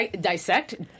dissect